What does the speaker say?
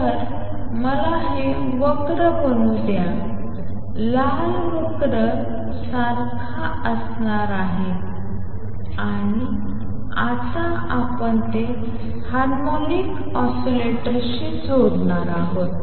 तर मला हे वक्र बनवू द्या लाल वक्र e A21t सारखा असणार आहे आणि आता आपण ते हार्मोनिक ऑसीलेटरशी जोडणार आहोत